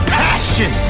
passion